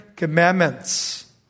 commandments